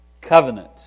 covenant